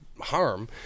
harm